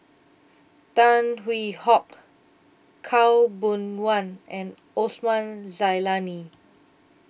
Tan Hwee Hock Khaw Boon Wan and Osman Zailani